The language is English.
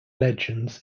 legends